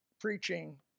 preaching